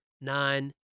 nine